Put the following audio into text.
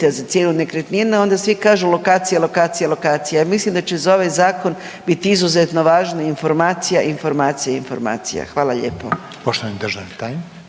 za cijenu nekretnina, onda svi kažu lokacija, lokacija, lokacija. Ja mislim da će za ovaj zakon biti izuzetno važna informacija, informacija, informacija. Hvala lijepo.